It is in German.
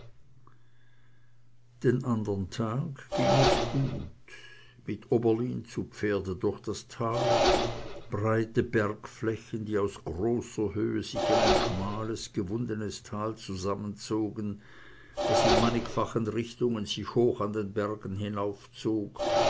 den andern tag ging es gut mit oberlin zu pferde durch das tal breite bergflächen die aus großer höhe sich in ein schmales gewundnes tal zusammenzogen das in mannigfachen richtungen sich hoch an den bergen hinaufzog